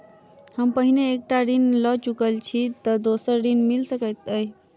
हम पहिने एक टा ऋण लअ चुकल छी तऽ दोसर ऋण मिल सकैत अई?